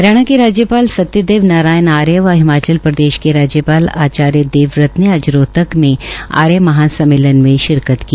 हरियाणा के राज्यपाल सत्यदेव नारायण आर्य व हिमाचल प्रदेशके राज्याल आचार्य देवव्रत ने आज रोहतक में आर्य महासम्मेलन में शिरकत की